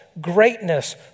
greatness